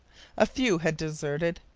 a few had deserted.